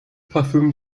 parfüm